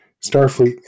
Starfleet